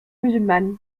musulmane